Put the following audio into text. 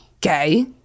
gay